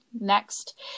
next